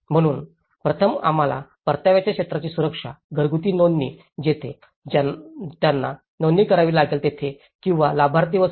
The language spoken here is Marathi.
म्हणून प्रथम आम्हाला परताव्याच्या क्षेत्राची सुरक्षा घरगुती नोंदणी जिथे त्यांना नोंदणी करावी लागेल तेथे किंवा लाभार्थी व सर्व